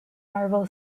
marvel